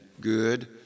good